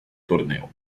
torneo